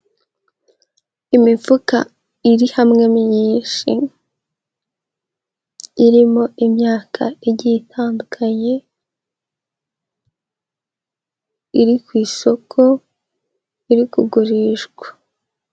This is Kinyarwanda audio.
Imifuka iri hamwe myinshi, irimo imyaka igiye itandukanye, iri ku isoko iri kugurishwa.